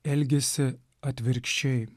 elgėsi atvirkščiai